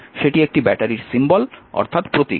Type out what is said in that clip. সেটি একটি ব্যাটারির সিম্বল অর্থাৎ প্রতীক